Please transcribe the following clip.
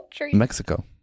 Mexico